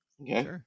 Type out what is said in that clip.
okay